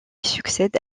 succède